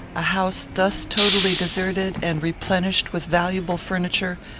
a house thus totally deserted, and replenished with valuable furniture,